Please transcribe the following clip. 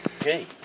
Okay